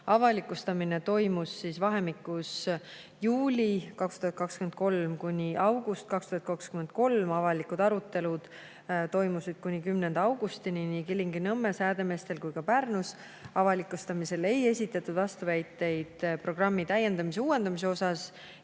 avalikustamine toimus vahemikus juuli 2023 kuni august 2023. Avalikud arutelud toimusid kuni 10. augustini Kilingi-Nõmmel, Häädemeestel ja Pärnus. Avalikustamisel ei esitatud vastuväiteid programmi täiendamise-uuendamise kohta.